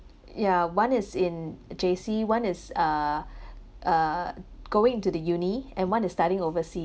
ya one is in J_C one is uh uh going into the uni and one is studying overseas